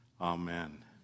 Amen